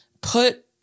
put